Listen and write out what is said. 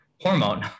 hormone